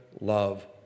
love